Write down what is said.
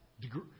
degree